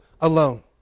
alone